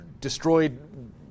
destroyed